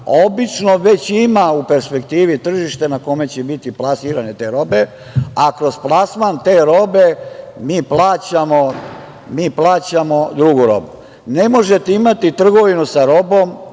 obično već ima u perspektivi tržište na kome će biti plasiranje te robe, a kroz plasman te robe mi plaćamo drugu robu. Ne možete imati trgovinu sa robom